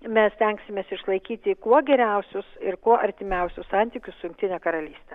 mes stengsimės išlaikyti kuo geriausius ir kuo artimiausius santykius su jungtine karalyste